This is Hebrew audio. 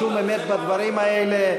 אין שום אמת בדברים האלה.